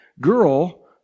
girl